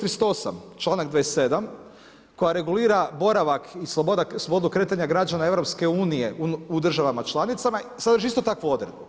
38, članak 27. koja regulira boravak i slobodu kretanja građana EU u državama članicama sadrži istu takvu odredbu.